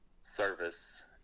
service